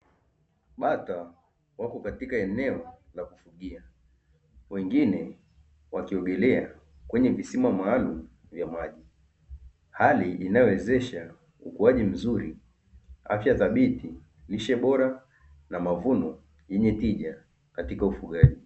Bata wako katika eneo la kufugia, wengine wakiogelea kwenye visima maalumu vya maji, hali inayowezesha ukuaji mzuri, afya dhabiti, lishe bora na mavuno yenye tija katika ufugaji.